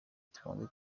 tubanze